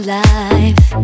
life